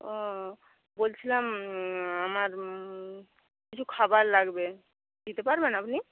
ও বলছিলাম আমার কিছু খাবার লাগবে দিতে পারবেন আপনি